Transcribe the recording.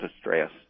stress